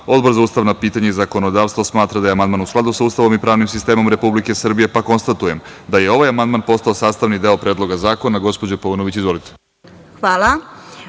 Odbor za ustavna pitanja i zakonodavstvo smatra da je amandman u skladu sa Ustavom i pravnim sistemom Republike Srbije. Konstatujem da je ovaj amandman postao sastavni deo Predloga zakona. Gospođo Paunović, izvolite.